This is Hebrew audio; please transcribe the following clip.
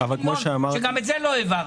וגם את זה לא העברתם.